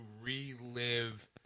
relive